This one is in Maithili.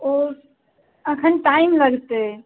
ओ एखन टाइम लगतै